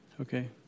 Okay